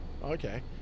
Okay